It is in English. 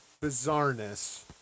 bizarreness